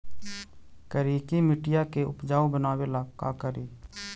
करिकी मिट्टियां के उपजाऊ बनावे ला का करी?